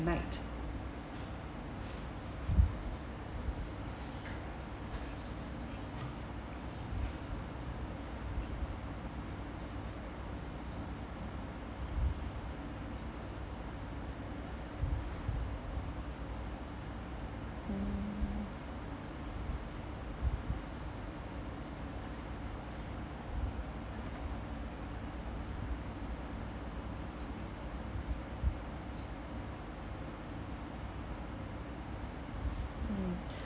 night mm